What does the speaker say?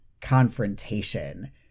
confrontation